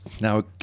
now